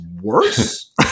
worse